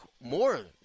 more